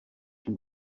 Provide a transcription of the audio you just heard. une